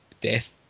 Death